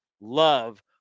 Love